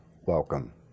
welcome